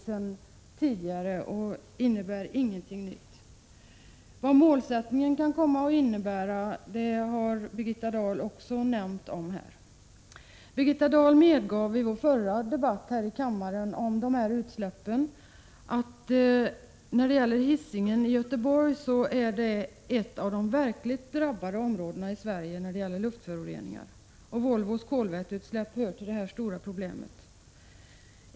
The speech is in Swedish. Det Birgitta Dahl här säger innebär alltså ingenting nytt. Vad målsättningen kan komma att innebära har Birgitta Dahl också nämnt om i svaret. Birgitta Dahl medgav i vår förra debatt här i riksdagen om utsläppen att Hisingen i Göteborg är ett av de verkligt drabbade områdena i Sverige vad gäller luftföroreningar. Volvos kolväteutsläpp innebär ett stort problem.